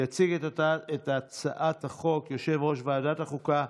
יציג את הצעת החוק יושב-ראש ועדת החוקה,